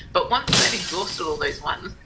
but once they have exhausted all those ones,